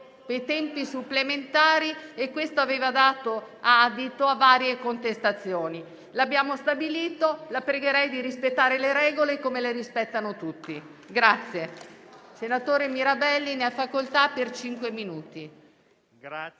con tempi supplementari e questo aveva dato adito a varie contestazioni. Lo abbiamo stabilito e quindi, la pregherei di rispettare le regole come le rispettano tutti.